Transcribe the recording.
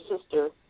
sister